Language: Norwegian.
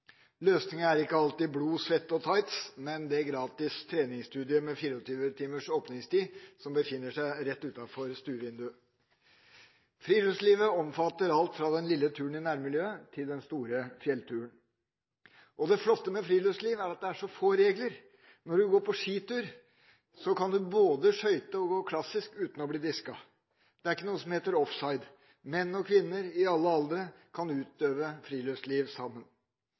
Løsningen er ikke alltid blod, svette og tights, men det gratis treningsstudioet med 24 timers åpningstid som befinner seg rett utenfor stuevinduet. Friluftslivet omfatter alt fra den lille turen i nærmiljøet til den store fjellturen. Og det flotte med friluftsliv er at det er så få regler. Når man går på skitur, kan man både skøyte og gå klassisk uten å bli disket. Det er ikke noe som heter offside. Menn og kvinner i alle aldre kan utøve friluftsliv sammen.